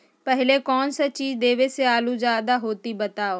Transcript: पहले कौन सा चीज देबे से आलू ज्यादा होती बताऊं?